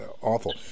awful